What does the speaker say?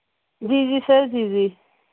ਜੀ ਜੀ ਸਰ ਜੀ ਜੀ